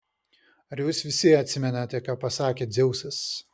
ar jūs visi atsimenate ką pasakė dzeusas